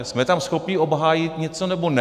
Jsme tam schopní obhájit něco, nebo ne?